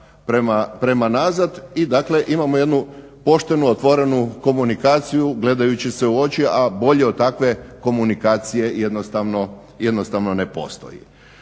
prema nazad i dakle imamo jednu poštenu, otvorenu komunikaciju gledajući se u oči, a bolje od takve komunikacije jednostavno ne postoji.